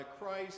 Christ